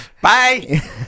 Bye